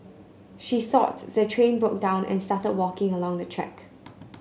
she thought the train broke down and started walking along the track